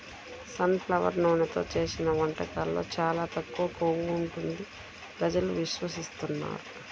sun flower నూనెతో చేసిన వంటకాల్లో చాలా తక్కువ కొవ్వు ఉంటుంది ప్రజలు విశ్వసిస్తున్నారు